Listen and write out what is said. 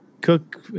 Cook